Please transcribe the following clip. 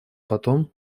потом